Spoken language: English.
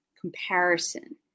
comparison